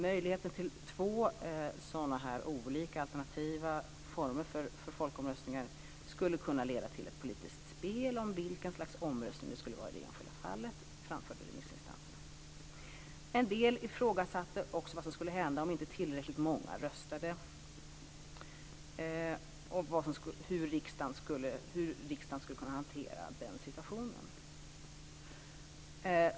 Möjligheten till två alternativa former för folkomröstningar skulle kunna leda till ett politiskt spel om vilken omröstning det skulle vara i det enskilda fallet, framförde remissinstanserna. En del av dem ifrågasatte också vad som skulle hända om inte tillräckligt många röstade och hur riksdagen skulle kunna hantera den situationen.